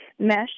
mesh